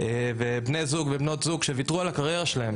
ועל בני ובנות זוג שוויתרו על הקריירה שלהם,